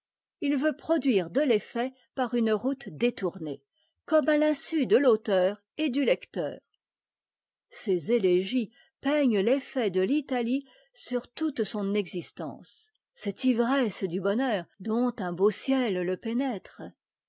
it veut produire de l'effet par uhe route détournée et comme à l'insu de l'auteur et du lecteur ses étégies peignent l'effet de'l'italie sur toute son existence cette ivresse du bonheur dont un beau ciel lé pénètre